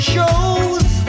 Shows